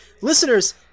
listeners